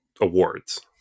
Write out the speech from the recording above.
Awards